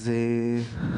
אז הגעתי לכאן.